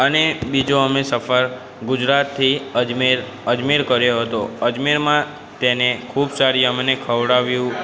અને બીજો અમે સફર ગુજરાતથી અજમેર અજમેર કર્યો હતો અજમેરમાં તેને ખૂબ સારી અમને ખવડાવ્યું